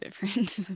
different